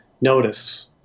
notice